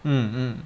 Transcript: mm mm